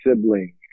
sibling